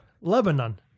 Lebanon